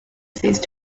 ceased